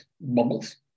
Bubbles